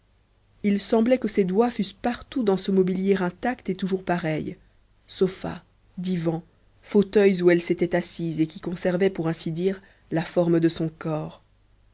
il semblait que ses doigts fussent partout dans ce mobilier intact et toujours pareil sofas divans fauteuils où elle s'était assise et qui conservaient pour ainsi dire la forme de son corps